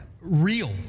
real